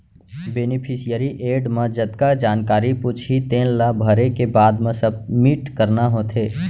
beneficiary add म जतका जानकारी पूछही तेन ला भरे के बाद म सबमिट करना होथे